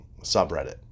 subreddit